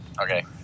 Okay